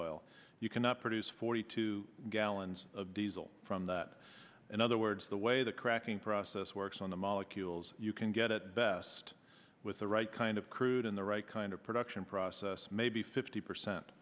oil you cannot produce forty two gallons of diesel from that in other words the way the cracking process works on the molecules you can get it best with the right kind of crude in the right kind of production process maybe fifty percent